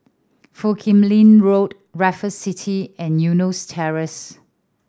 Foo Kim Lin Road Raffles City and Eunos Terrace